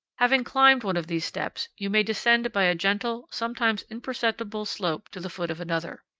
having climbed one of these steps, you may descend by a gentle, sometimes imperceptible, slope to the foot of another.